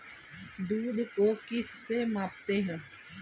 दूध को किस से मापते हैं?